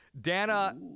Dana